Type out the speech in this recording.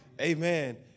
Amen